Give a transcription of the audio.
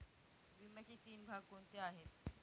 विम्याचे तीन भाग कोणते आहेत?